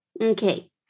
Okay